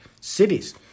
cities